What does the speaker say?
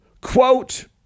Quote